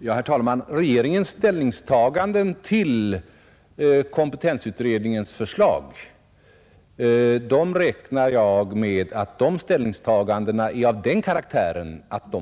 Herr talman! Jag räknar med att regeringens ställningstaganden till kompetensutredningens förslag kommer att få sådan karaktär att